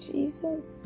Jesus